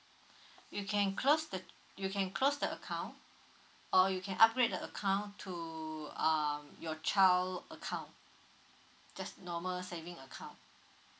you can close the you can close the account or you can upgrade the account to uh your child account just normal saving account